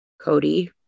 Cody